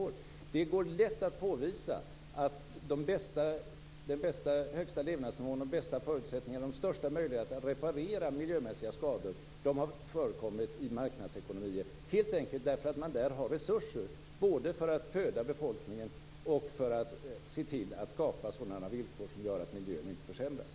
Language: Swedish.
Det går lätt att påvisa att den bästa och högsta levnadsnivån, de bästa förutsättningarna och de största möjligheterna att reparera miljömässiga skador har förekommit i marknadsekonomier, helt enkelt därför att man där har resurser både för att föda befolkningen och för att se till att skapa sådana villkor att miljön inte försämras.